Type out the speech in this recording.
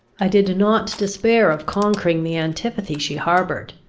i did not despair of conquering the antipathy she harboured.